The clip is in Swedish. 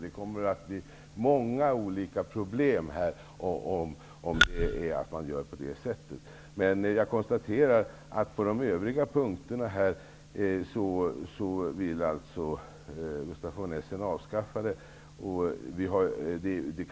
Problemen kommer att bli många om man gör på det sättet. Jag konstaterar emellertid att på de övriga punkterna vill Gustaf von Essen avskaffa begrep pet de facto-flyktingar.